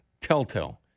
telltale